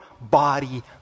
body